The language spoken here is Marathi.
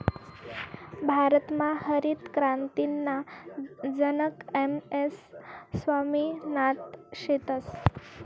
भारतमा हरितक्रांतीना जनक एम.एस स्वामिनाथन शेतस